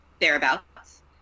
thereabouts